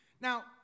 Now